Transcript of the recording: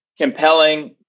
Compelling